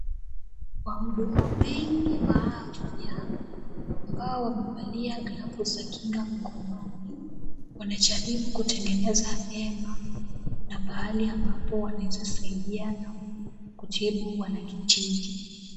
Wahuduma wengi wa afya ambao wamevalia glavu za kinga mkononi wanajaribu kutengeneza hema na pahali ambapo wanaeza saidiana kutibu wanakijiji.